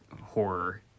horror